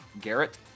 Garrett